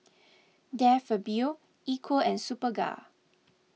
De Fabio Equal and Superga